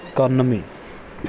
ਇਕਾਨਵੇਂ